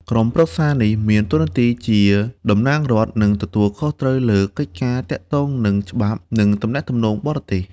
ក្រុមប្រឹក្សានេះមានតួនាទីជាតំណាងរដ្ឋ និងទទួលខុសត្រូវលើកិច្ចការទាក់ទងនឹងច្បាប់ និងទំនាក់ទំនងបរទេស។